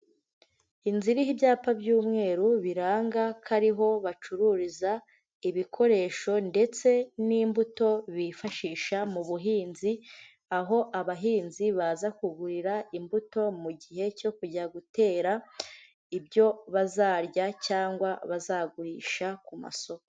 Inzu iriho ibyapa by'umweru biranga ko ari ho bacururiza ibikoresho ndetse n'imbuto bifashisha mu buhinzi, aho abahinzi baza kugurira imbuto mu gihe cyo kujya gutera ibyo bazarya cyangwa bazagurisha ku masoko.